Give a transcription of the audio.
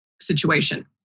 situation